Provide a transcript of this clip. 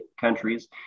countries